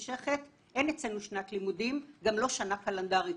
אין אצלנו שנת לימודים, גם לא שנה קלנדרית.